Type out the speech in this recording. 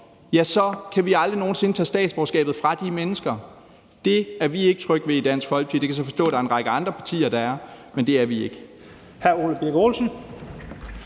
for, så kan vi jo aldrig nogen sinde tage statsborgerskabet fra de mennesker. Det er vi ikke trygge ved i Dansk Folkeparti. Det kan jeg så forstå at der er en række andre partier, der er, men det er vi ikke.